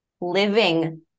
living